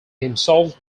himself